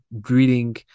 greeting